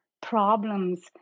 problems